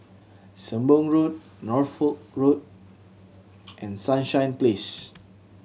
Sembong Road Norfolk Road and Sunshine Place